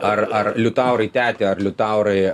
ar ar liutaurai tete ar liutaurai